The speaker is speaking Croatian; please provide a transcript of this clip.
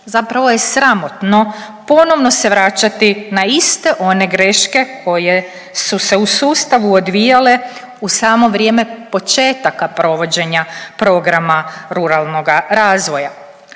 Zapravo je sramotno ponovno se vraćati na iste one greške koje su se u sustavu odvijale u samo vrijeme početaka provođenja programa ruralnoga razvoja.